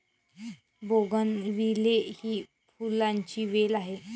bougainvillea ही फुलांची वेल आहे